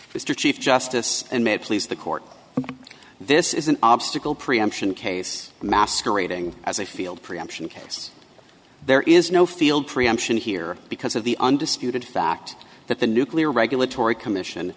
mr chief justice and may please the court this is an obstacle preemption case masquerading as a field preemption case there is no field preemption here because of the undisputed fact that the nuclear regulatory commission